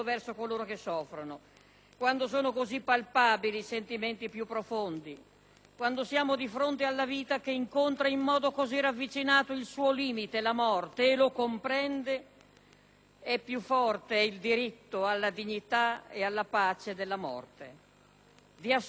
quando siamo di fronte alla vita che incontra in modo così ravvicinato il suo limite, la morte, e lo comprende, è più forte il diritto alla dignità e alla pace della morte. Di assoluto nella vita degli uomini vi è soltanto l'amore, come Antigone ci insegna.